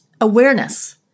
awareness